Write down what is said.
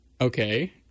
Okay